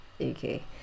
Okay